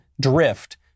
drift